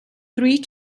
three